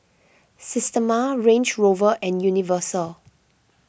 Systema Range Rover and Universal